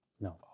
No